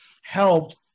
helped